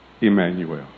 Emmanuel